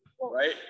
right